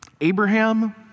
Abraham